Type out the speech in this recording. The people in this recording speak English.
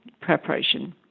preparation